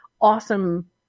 awesome